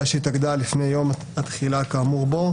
שהתאגדה לפני יום התחילה כאמור בו,